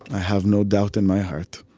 i have no doubt in my heart.